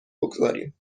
بگذاریم